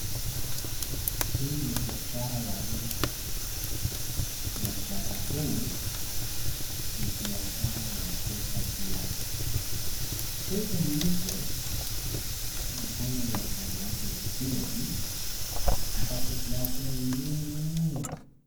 Hii ni biashara ya mtu. Biashara huu ni biashara ya kuuza viatu. Huyu mtu anafanya biashara yake vizuri kwa sababu viatu ni mingi mno.